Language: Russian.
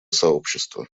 сообщества